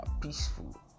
peaceful